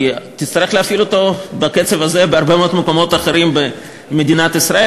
כי תצטרך להפעיל אותו בקצב הזה בהרבה מאוד מקומות אחרים במדינת ישראל.